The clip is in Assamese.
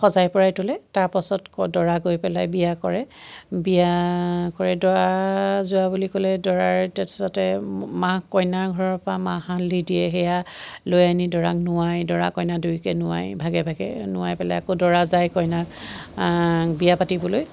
সজাই পৰাই তোলে তাৰ পাছত আকৌ দৰা গৈ পেলাই বিয়া কৰে বিয়া কৰে দৰা যোৱা বুলি ক'লে দৰাৰ তাৰ পাছতে মাক কইনা ঘৰৰ পৰা মাহ হালধি দিয়ে সেয়া লৈ আনি দৰাক নোৱাই দৰা কইনা দুয়োকে নোৱাই ভাগে ভাগে নোৱাই পেলাই আকৌ দৰা যায় কইনাক বিয়া পাতিবলৈ